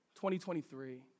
2023